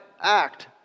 act